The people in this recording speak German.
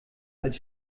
als